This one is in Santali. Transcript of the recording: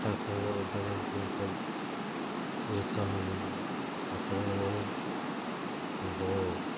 ᱜᱚᱴᱟ ᱠᱚ ᱫᱟᱬᱟᱱ ᱠᱟᱱᱟ ᱠᱚ ᱡᱚᱛᱚ ᱦᱚᱲ ᱨᱮᱱ ᱜᱮ ᱛᱟᱨᱯᱚᱨᱮ ᱱᱚᱜᱼᱚᱭ ᱦᱚᱲ